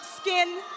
skin